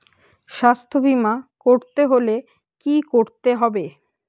স্বাস্থ্যবীমা করতে হলে কি করতে হবে?